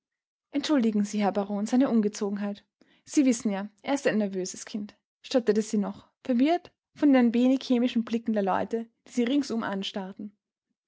entschuldigen sie herr baron seine ungezogenheit sie wissen ja er ist ein nervöses kind stotterte sie noch verwirrt von den ein wenig hämischen blicken der leute die sie ringsum anstarrten